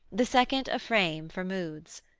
the second a frame for moods.